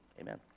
Amen